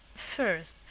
first,